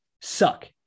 suck